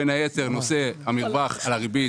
בין היתר המרווח על הריבית,